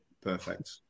Perfect